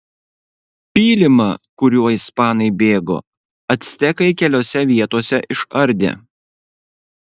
pylimą kuriuo ispanai bėgo actekai keliose vietose išardė